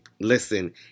listen